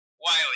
Wiley